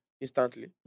instantly